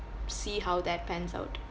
see how that pans out